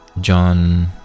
John